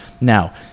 Now